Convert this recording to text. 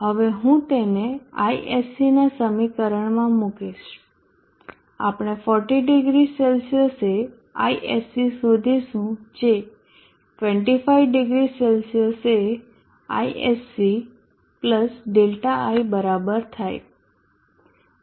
હવે હું તેને ISC ના સમીકરણમાં મુકીશ આપણે 400 Cએ ISC શોધીશું જે 250C એ ISC Δi બરાબર થાય